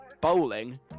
bowling